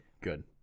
good